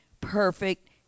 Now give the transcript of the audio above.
perfect